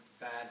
bad